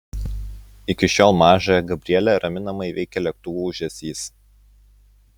iki šiol mažąją gabrielę raminamai veikia lėktuvų ūžesys